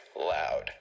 loud